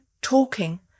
talking